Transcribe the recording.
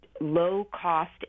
low-cost